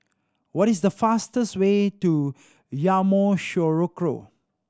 what is the fastest way to Yamoussoukro